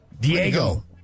Diego